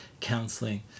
counseling